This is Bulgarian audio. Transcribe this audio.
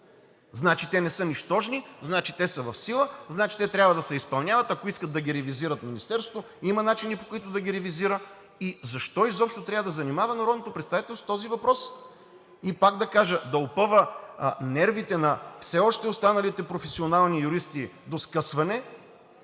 значи те не са нищожни, значи те са в сила, значи те трябва да се изпълняват. Ако искат да ги ревизират в Министерството, има начини, по които да ги ревизират, и защо изобщо трябва да занимава народното представителство с този въпрос? И пак да кажа: да опъва нервите на все още останалите професионални юристи до скъсване